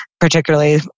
particularly